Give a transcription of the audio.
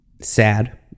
sad